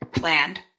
land